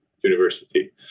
university